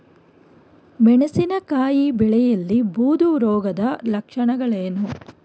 ಮೆಣಸಿನಕಾಯಿ ಬೆಳೆಯಲ್ಲಿ ಬೂದು ರೋಗದ ಲಕ್ಷಣಗಳೇನು?